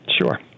Sure